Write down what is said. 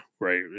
right